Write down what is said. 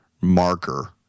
marker